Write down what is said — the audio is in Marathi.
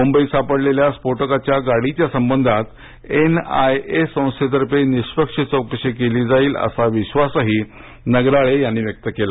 मुंबईत सापडलेल्या स्फोटकाच्या गाडीच्या संबंधात एन आय ए संस्थेतर्फे निष्पक्ष चौकशी केली जाईल असा विश्वासही नगराळे यांनी व्यक्त केला